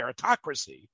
meritocracy